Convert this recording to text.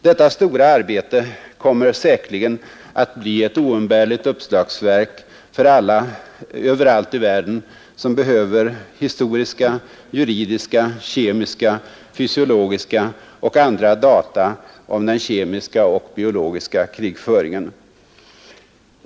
Detta stora arbete kommer säkerligen att bli ett oumbärligt uppslagsverk överallt i världen för dem som behöver historiska, juridiska, kemiska, fysiologiska och andra data om den kemiska och biologiska krigföringen.